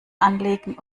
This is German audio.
anlegen